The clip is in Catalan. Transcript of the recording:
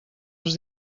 els